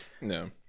No